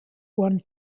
one